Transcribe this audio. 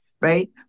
right